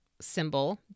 symbol